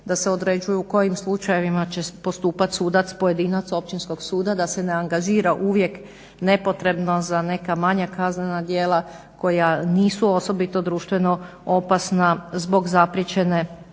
da se određuje u kojim slučajevima će postupat sudac pojedinac Općinskog suda da se ne angažira uvijek nepotrebno za neka manja kaznena djela koja nisu osobito društveno opasna zbog zapriječene gornje